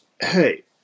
hey